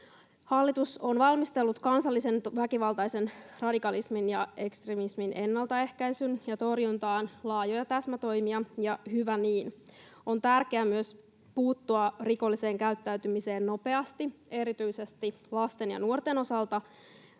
Hallitus on valmistellut kansallisen väkivaltaisen radikalismin ja ekstremismin ennaltaehkäisyyn ja torjuntaan laajoja täsmätoimia, ja hyvä niin. On tärkeää myös puuttua rikolliseen käyttäytymiseen nopeasti erityisesti lasten ja nuorten osalta